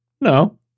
No